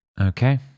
Okay